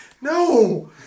No